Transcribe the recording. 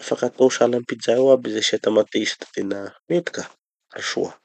afaka atao sahala amy pizza io aby izy asia tamatesy da tena mety ka. Soa.